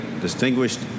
distinguished